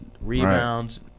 rebounds